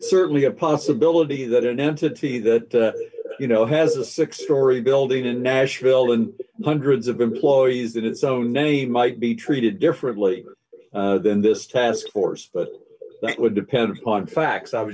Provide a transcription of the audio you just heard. certainly a possibility that an entity that you know has a six story building in nashville and hundreds of employees in its own name might be treated differently than this task force but that would depend on facts i was